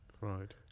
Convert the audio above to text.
Right